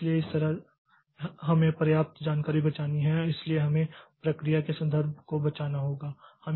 इसलिए इस तरह हमें पर्याप्त जानकारी बचानी है और इसलिए हमें प्रक्रिया के संदर्भ को बचाना होगा